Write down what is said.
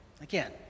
again